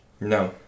No